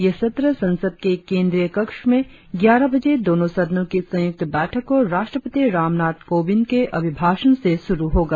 यह सत्र संसद के केंद्रीय कक्ष में ग्यारह बजे दोनों सदनों की संयुक्त बैठक को राष्ट्रपति रामनाथ कोविंद के अभिभाषण से शुरु होगा